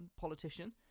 politician